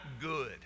good